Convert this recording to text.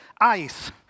ice